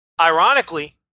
Ironically